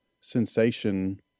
sensation